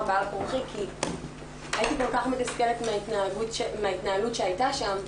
בעל כורחי כי הייתי כל כך מתוסכלת מההתנהלות שהייתה שם,